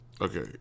Okay